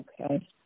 Okay